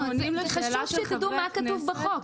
עונים לך שוב שתדעו מה כתוב בחוק.